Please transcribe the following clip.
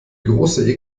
große